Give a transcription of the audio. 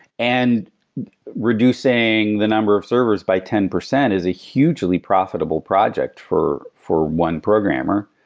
and reducing the number of servers by ten percent is a hugely profitable project for for one programmer.